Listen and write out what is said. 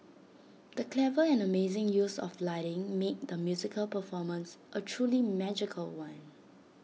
the clever and amazing use of lighting made the musical performance A truly magical one